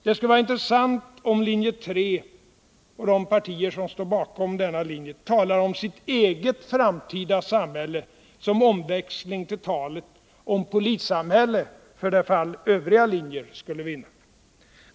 Det skulle vara intressant om linje 3 och de partier som står bakom denna linje talade om sitt eget framtida samhälle som omväxling till talet om polissamhälle för det fall övriga linjer skulle vinna.